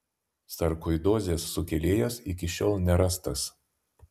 sarkoidozės sukėlėjas iki šiol nerastas